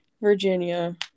virginia